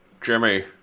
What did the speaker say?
Jimmy